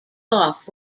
off